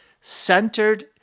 centered